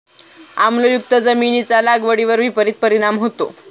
आम्लयुक्त जमिनीचा लागवडीवर विपरीत परिणाम होतो